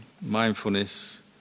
mindfulness